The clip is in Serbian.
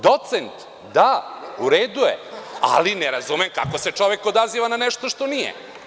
Docent – da, u redu je, ali ne razumem kako se čovek odaziva na nešto što nije.